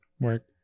Work